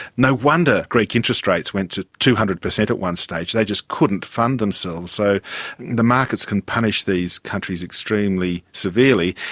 no wonder greek interest rates went to two hundred percent at one stage, they just couldn't fund themselves. so the markets can punish these countries extremely severely.